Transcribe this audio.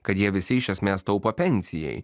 kad jie visi iš esmės taupo pensijai